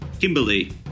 Kimberly